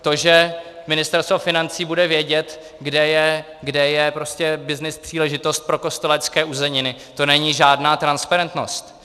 To, že Ministerstvo financí bude vědět, kde je byznys příležitost pro Kostelecké uzeniny, to není žádná transparentnost.